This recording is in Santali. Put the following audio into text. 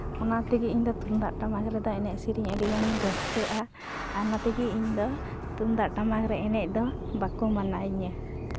ᱚᱱᱟ ᱛᱮᱜᱮ ᱤᱧᱫᱚ ᱛᱩᱢᱫᱟᱜ ᱴᱟᱢᱟᱠ ᱨᱮᱫᱚ ᱮᱱᱮᱡ ᱥᱮᱨᱮᱧ ᱟᱹᱰᱤ ᱜᱟᱱᱤᱧ ᱨᱟᱹᱥᱠᱟᱹᱜᱼᱟ ᱟᱨ ᱚᱱᱟ ᱛᱮᱜᱮ ᱤᱧᱫᱚ ᱛᱩᱢᱫᱟᱜ ᱴᱟᱢᱟᱠ ᱨᱮ ᱮᱱᱮᱡ ᱫᱚ ᱵᱟᱠᱚ ᱢᱟᱱᱟᱧᱟᱹ